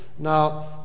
Now